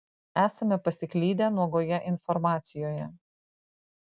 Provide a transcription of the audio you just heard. esame pasiklydę nuogoje informacijoje